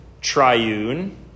triune